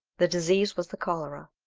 the disease was the cholera,